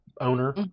owner